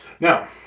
Now